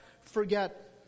forget